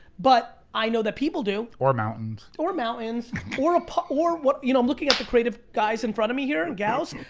but i know that people do. or mountains. or mountains, or ah or you know, i'm looking at the creative guys in front of me here and gals,